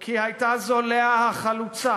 כי הייתה זו לאה החלוצה